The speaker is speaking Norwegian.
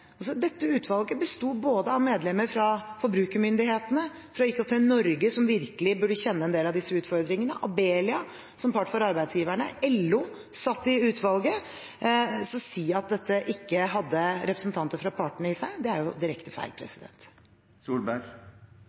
Dette utvalget besto av medlemmer både fra forbrukermyndighetene, fra IKT-Norge, som virkelig burde kjenne en del av disse utfordringene, fra Abelia, som part for arbeidsgiverne, og fra LO. Så det å si at dette utvalget ikke hadde representanter fra partene,